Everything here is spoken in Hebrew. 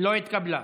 לא התקבלה.